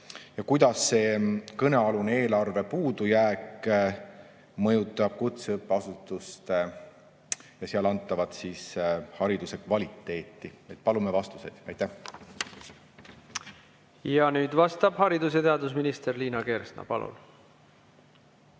Ja kuidas kõnealune eelarve puudujääk mõjutab kutseõppeasutuste ja seal antava hariduse kvaliteeti? Palume vastuseid. Aitäh! Ja nüüd vastab haridus‑ ja teadusminister Liina Kersna. Palun!